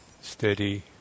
steady